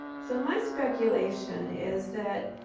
so my speculation is that,